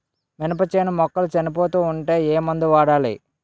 మినప చేను మొక్కలు చనిపోతూ ఉంటే ఏమందు వాడాలి?